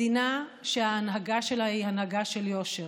מדינה שההנהגה שלה היא הנהגה של יושר,